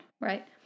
right